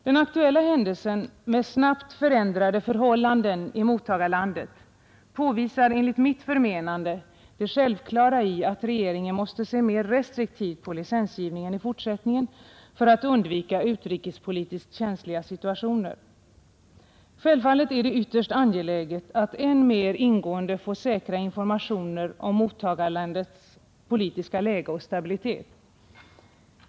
Den aktuella händelsen med snabbt förändrade förhållanden i mottagarlandet påvisar enligt mitt förmenande det självklara i att regeringen måste se mer restriktivt på licensgivningen i fortsättningen för att undvika utrikespolitiskt känsliga situationer. Självfallet är det ytterst angeläget att än mer ingående få säkra informationer om mottagarlandets politiska läge och stabilitet.